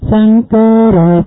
Sankara